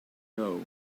know